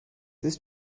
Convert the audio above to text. ist